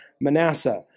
Manasseh